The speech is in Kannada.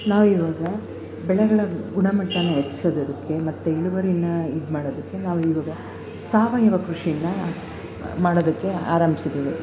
ನಾವಿವಾಗ ಬೆಳೆಗಳ ಗುಣಮಟ್ಟನ ಹೆಚ್ಚಿಸೋದೋಕ್ಕೆ ಮತ್ತು ಇಳುವರಿನ ಇದು ಮಾಡೋದಕ್ಕೆ ನಾವಿವಾಗ ಸಾವಯವ ಕೃಷಿನ ಮಾಡೋದಕ್ಕೆ ಆರಂಭಿಸಿದೀವಿ